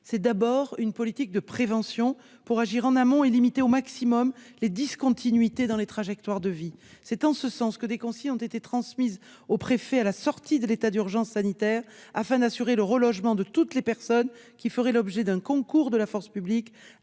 C'est d'abord une politique de prévention, pour agir en amont et limiter au maximum les discontinuités dans les trajectoires de vie. Des consignes ont ainsi été transmises aux préfets à la sortie de l'état d'urgence sanitaire, afin d'assurer le relogement de toutes les personnes qui feraient l'objet d'un concours de la force publique